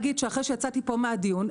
אחרי שאצא מהדיון פה,